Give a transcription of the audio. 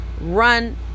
run